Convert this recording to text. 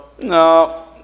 No